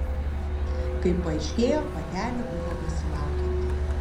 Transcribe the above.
kaip paaiškėjo patelė buvo besilaukianti